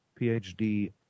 PhD